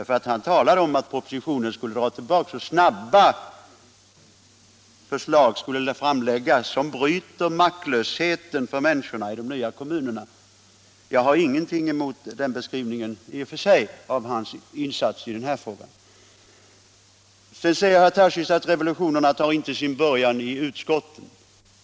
Där talade han nämligen om att propositionen skulle dras tillbaka och snabba förslag skulle framläggas som bryter maktlösheten för människorna i de nya kommunerna. Jag har i och för sig ingenting emot den beskrivningen av hans insats i denna fråga. Sedan säger herr Tarschys att revolutionerna inte tar sin början i utskotten.